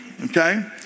okay